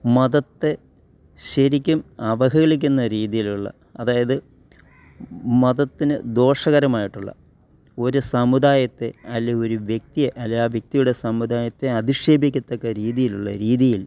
മതത്തെ ശരിക്കും അവഹേളിക്കുന്ന രീതിയിലുള്ള അതായത് മതത്തിന് ദോഷകരമായിട്ടുള്ള ഒരു സമുദായത്തെ അല്ലെ ഒരു വ്യക്തിയെ അല്ലെ ആ വ്യക്തിയുടെ സമുദായത്തെ അധിക്ഷേപിക്കത്തക്ക രീതിയിലുള്ള രീതിയിൽ